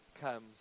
comes